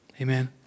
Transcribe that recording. Amen